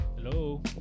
Hello